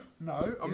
No